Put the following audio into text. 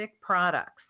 products